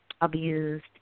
abused